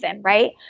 right